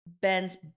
bends